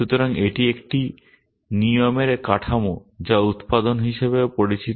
সুতরাং এটি একটি নিয়মের কাঠামো যা উত্পাদন হিসাবেও পরিচিত